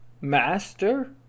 master